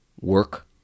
work